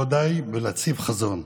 לא די בלהציב חזון.